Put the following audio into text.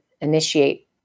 initiate